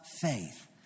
faith